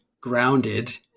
grounded